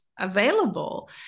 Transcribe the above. Available